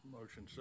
Motion